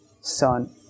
Son